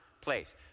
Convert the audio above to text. place